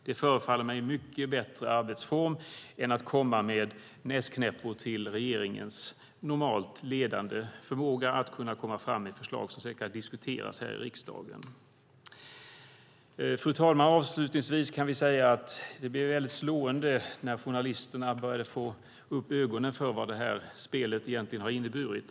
Det förefaller mig vara en mycket bättre arbetsform än att komma med näsknäppar till regeringens normalt ledande förmåga att komma fram med förslag som sedan kan diskuteras här i riksdagen. Fru talman! Avslutningsvis kan jag säga att det blev slående när journalisterna började få upp ögonen för vad det här spelet egentligen har inneburit.